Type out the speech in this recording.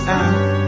out